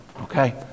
Okay